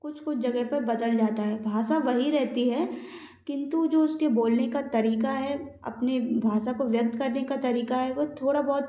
कुछ कुछ जगह पर बदल जाता है भाषा वही रहती है किंतु जो उसके बोलने का तरीका है अपने भाषा को व्यक्त करने का तरीका है वो थोड़ा बहुत